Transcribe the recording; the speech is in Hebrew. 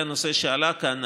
לגבי הנושא שעלה כאן,